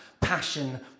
passion